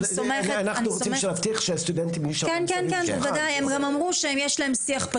אני סומכת --- אבל אנחנו רוצים להבטיח שהסטודנטים ישבו מסביב לשולחן.